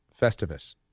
Festivus